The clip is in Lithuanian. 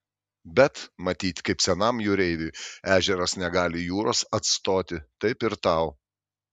bet matyt kaip senam jūreiviui ežeras negali jūros atstoti taip ir tau